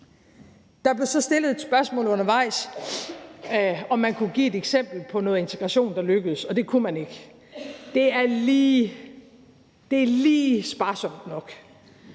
Der blev så stillet et spørgsmål undervejs, nemlig om man kunne give et eksempel på noget integration, der er lykkedes, og det kunne man ikke. Det er lige sparsomt nok.